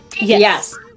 Yes